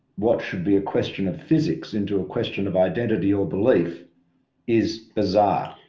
what should be a question of physics into a question of identity or belief is bizarre.